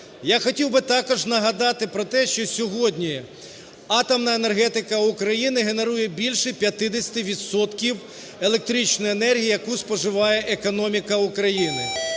Я хотів би також нагадати про те, що сьогодні атомна енергетика України генерує більше 50 відсотків електричної енергії, яку споживає економіка України,